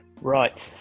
Right